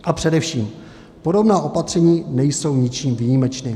A především, podobná opatření nejsou ničím výjimečným.